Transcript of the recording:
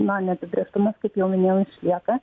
na neapibrėžtumas kaip jau minėjau išlieka